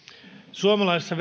suomalaisessa